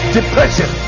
Depression